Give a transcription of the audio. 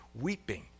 weeping